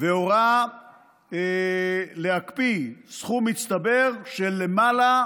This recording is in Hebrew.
והורה להקפיא סכום מצטבר של למעלה